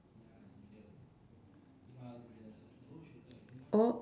or